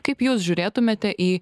kaip jūs žiūrėtumėte į